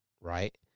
right